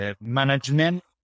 Management